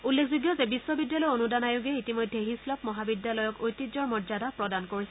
উল্লেখযোগ্য যে বিশ্ববিদ্যালয় অনুদান আয়োগে ইতিমধ্যে হিছলপ মহাবিদ্যালয়ক ঐতিহ্যৰ মৰ্যাদা প্ৰদান কৰিছে